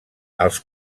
els